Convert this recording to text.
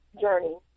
journey